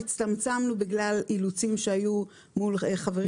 הצטמצמנו בגלל אילוצים שהיו מול חברים בתוך הממשלה.